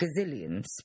gazillions